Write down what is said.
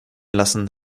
lassen